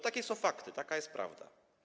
Takie są fakty, taka jest prawda.